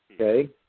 okay